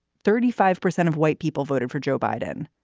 thirty five percent of white people voted for joe biden.